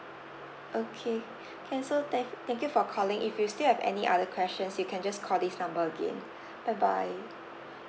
okay okay so thank thank you for calling if you still have any other questions you can just call this number again bye bye